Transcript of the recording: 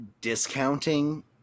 discounting